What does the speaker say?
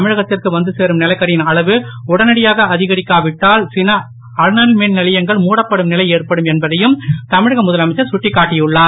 தமிழகத்திற்கு வந்துசேரும் நிலக்கரியின் அளவு உடனடியாக அதிகரிக்கா விட்டால் சில அனல்மின் நிலையங்கள் மூடப்படும் நிலை ஏற்படும் என்பதையும் தமிழக முதலமைச்சர் சுட்டிக் காட்டியுள்ளார்